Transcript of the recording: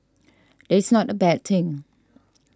it's not a bad thing